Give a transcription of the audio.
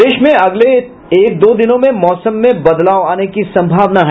प्रदेश में अगले एक दो दिनों में मौसम में बदलाव आने की संभावना है